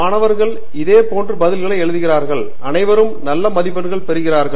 மாணவர்கள் இதே போன்ற பதில்களை எழுதுகிறீர்கள் அனைவரும் நல்ல மதிப்பெண்கள் பெறுகிறார்கள்